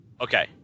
Okay